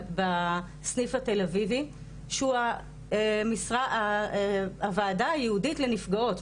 בסניף התל-אביבי שהוא הוועדה הייעודית לנפגעות,